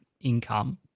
income